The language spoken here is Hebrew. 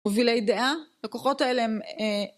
מובילי דעה, הכוחות האלה הם